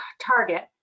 target